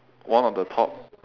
one on the top